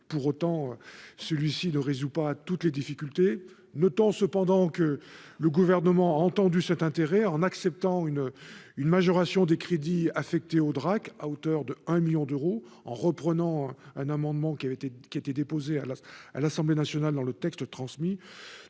pour autant celui-ci ne résout pas toutes les difficultés, notant cependant que le gouvernement a entendu cet intérêt en acceptant une une majoration des crédits affectés aux Drac à hauteur de 1 1000000 d'euros, en reprenant un amendement qui avait été qui été déposée à la à l'Assemblée nationale dans le texte transmis